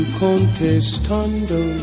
contestando